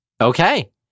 Okay